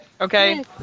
Okay